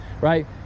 right